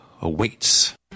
awaits